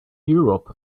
europe